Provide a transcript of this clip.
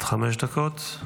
בבקשה, עד חמש דקות לרשותך.